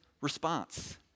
response